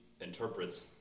interprets